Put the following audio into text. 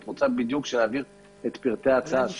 את רוצה שנעביר את פרטי ההצעה בדיוק,